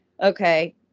Okay